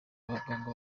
abaganga